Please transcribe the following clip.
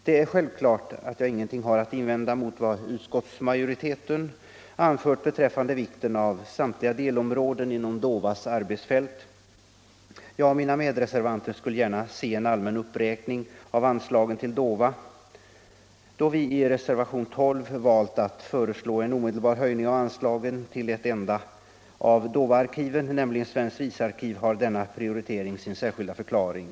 Det är självklart, att jag ingenting har att invända mot vad utskottsmajoriteten anfört beträffande vikten av samtliga delområden inom DOVA:s arbetsfält. Jag och mina medreservanter skulle gärna se en allmän uppräkning av anslagen till DOVA. Då vi i reservation 12 valt att föreslå en omedelbar höjning av anslagen till ett enda av DOVA-arkiven, nämligen svenskt visarkiv, Nr 37 har denna prioritering sin särskilda förklaring.